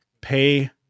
pay